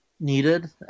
Needed